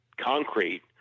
concrete